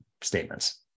statements